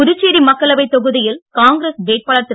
புதுச்சேரி மக்களவை தொகுதியில் காங்கிரஸ் வேட்பாளர் திரு